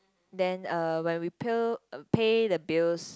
then uh when we pill pay the bills